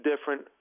different